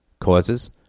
Causes